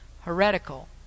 heretical